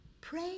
Pray